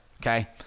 okay